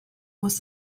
was